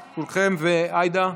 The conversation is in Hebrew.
כולכן, וגם עאידה.